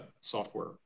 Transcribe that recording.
software